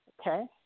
Okay